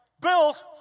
bills